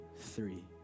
three